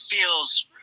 feels